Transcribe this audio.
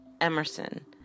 Emerson